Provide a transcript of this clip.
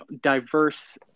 diverse